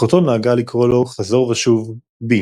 אחותו נהגה לקרוא לו חזור ושוב "בי"